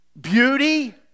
beauty